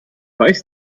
weiß